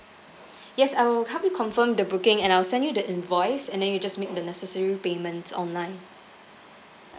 yes I will help you confirm the booking and I'll send you the invoice and then you just make the necessary payments online